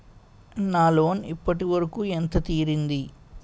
నా లోన్ ఇప్పటి వరకూ ఎంత తీరింది?